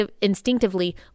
instinctively